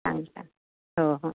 आणि काय हो हो